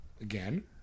again